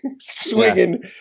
swinging